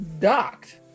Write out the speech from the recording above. docked